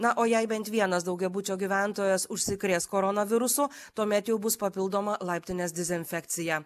na o jei bent vienas daugiabučio gyventojas užsikrės koronavirusu tuomet jau bus papildoma laiptinės dezinfekcija